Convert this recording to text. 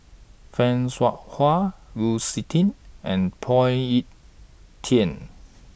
fan Shao Hua Lu Suitin and Phoon Yew Tien